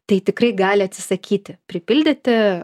tai tikrai gali atsisakyti pripildyti